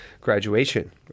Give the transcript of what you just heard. graduation